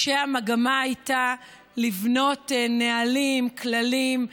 והמגמה הייתה לבנות נהלים, כללים,